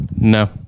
No